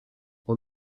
all